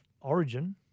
Origin